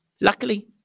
Luckily